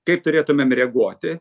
kaip turėtumėm reaguoti